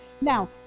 Now